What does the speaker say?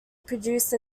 produced